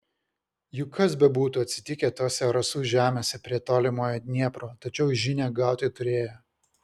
juk kas bebūtų atsitikę tose rasų žemėse prie tolimojo dniepro tačiau žinią gauti turėjo